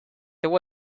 there